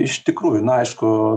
iš tikrųjų na aišku